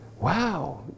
Wow